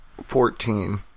Fourteen